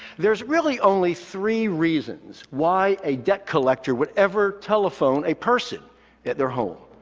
there's really only three reasons why a debt collector would ever telephone a person at their home.